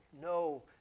no